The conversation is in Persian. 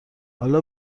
حالا